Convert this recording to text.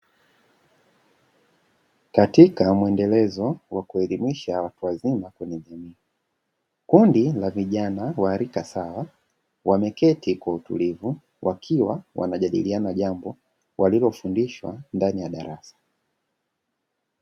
Katika muendelezo wa kuelimisha watu wazima kwenye jamii, kundi la vijana wa rika sawa wameketi kwa utulivu; wakiwa wanajadiliana jambo walilofundishwa ndani ya darasa.